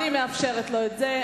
ואני מאפשרת לו את זה.